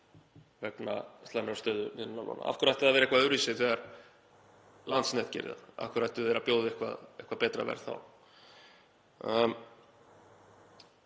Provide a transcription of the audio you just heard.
vegna slæmrar stöðu miðlunarlóna, af hverju ætti það að vera eitthvað öðruvísi þegar Landsnet gerir það? Af hverju ættu þeir að bjóða eitthvað betra verð þá?